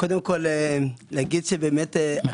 אנחנו מכירים את צ'יקו מהרבה מאוד מקומות,